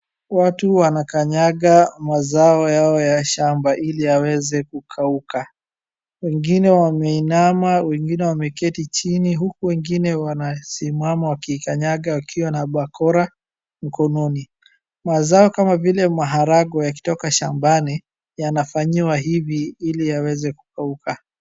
Watu wanakanyaga mazao yao ya shamba ili yaweze kukaua, wengine wameinama, wengine wameketi chini huku wengine wanasimama wakikanyaga wakiwa na bakora mkononi. Mazao kama vile maharagwe yakitoka shambani yanafanyiwa hivi ili yaweze kukauka.